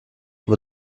were